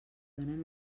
donen